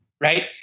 Right